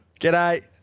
G'day